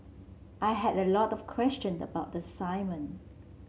I had a lot of question about the assignment